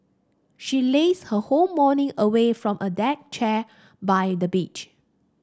she lazed her whole morning away from a deck chair by the beach